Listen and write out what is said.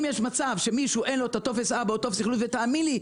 אם יש מצב שלמישהו אין טופס 4 או טופס אכלוס - תאמין לי,